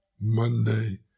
Monday